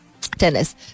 tennis